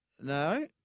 No